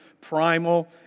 primal